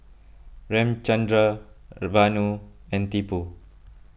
Ramchundra Vanu and Tipu